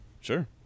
Sure